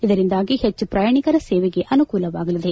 ಇದರಿಂದಾಗಿ ಹೆಚ್ಚು ಪ್ರಯಾಣಿಕರ ಸೇವೆಗೆ ಅನುಕೂಲವಾಗಲಿದೆ